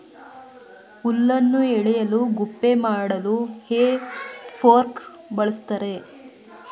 ಹುಲ್ಲನ್ನು ಎಳೆಯಲು ಗುಪ್ಪೆ ಮಾಡಲು ಹೇ ಫೋರ್ಕ್ ಬಳ್ಸತ್ತರೆ